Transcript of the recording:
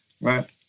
right